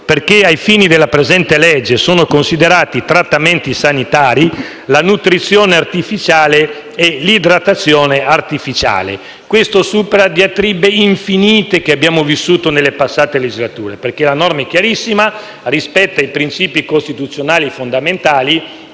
«Ai fini della presente legge, sono considerati trattamenti sanitari la nutrizione artificiale e l'idratazione artificiale». Questo supera diatribe infinite che abbiamo vissuto nelle passate legislature, perché la norma è chiarissima, rispetta i principi costituzionali fondamentali